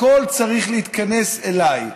הכול צריך להתכנס אליי.